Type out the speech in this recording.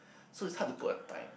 so it's hard to put a time